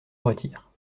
retire